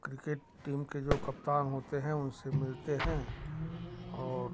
और cricket team के जो कप्तान होते हैं उनसे मिलते हैं और